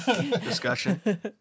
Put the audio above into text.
discussion